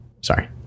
Sorry